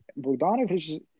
Bogdanovich